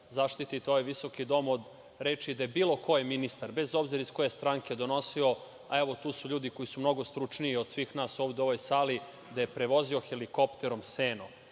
zaštitite ovaj visoki dom od reči da je bilo koji ministar, bez obzira iz koje stranke, donosio, a evo, tu su ljudi koji su mnogo stručniji od svih nas u ovoj sali, da je prevozio helikopterom seno.